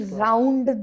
round